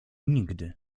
nigdy